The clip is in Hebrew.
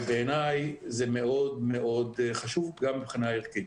ובעיניי זה מאוד מאוד חשוב גם מבחינה ערכית.